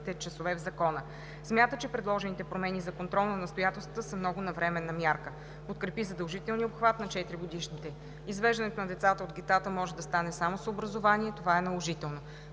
Смята, че предложените промени за контрол на настоятелствата са много навременна мярка. Подкрепи задължителния обхват на 4-годишните. Извеждането на децата от гетата може да стане само с образование, това е наложително.